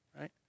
right